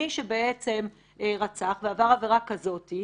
מי שרצח ועבר עבירה כזאת,